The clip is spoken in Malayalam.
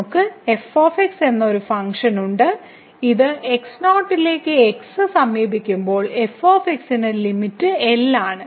നമുക്ക് f എന്ന ഒരു ഫംഗ്ഷൻ ഉണ്ട് ഈ x0 ലേക്ക് x സമീപിക്കുമ്പോൾ f ന്റെ ലിമിറ്റ് L ആണ്